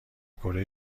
کره